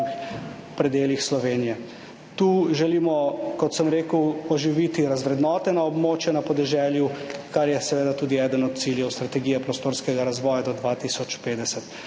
predelih Slovenije. Tu želimo, kot sem rekel, oživiti razvrednotena območja podeželju, kar je seveda tudi eden od ciljev strategije prostorskega razvoja do 2050.